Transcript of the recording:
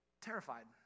terrified